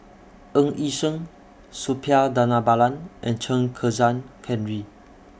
Ng Yi Sheng Suppiah Dhanabalan and Chen Kezhan Henri